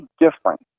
different